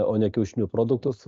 o ne kiaušinių produktus